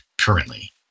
currently